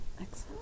excellent